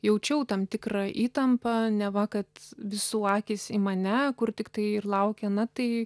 jaučiau tam tikrą įtampą neva kad visų akys į mane kur tiktai ir laukia na tai